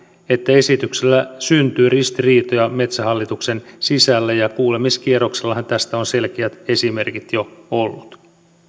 että esityksellä syntyy ristiriitoja metsähallituksen sisällä ja kuulemiskierroksellahan tästä on selkeät esimerkit jo ollut